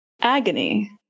Agony